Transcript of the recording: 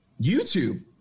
YouTube